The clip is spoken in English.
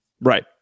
Right